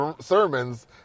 sermons